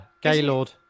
Gaylord